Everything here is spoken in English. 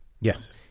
Yes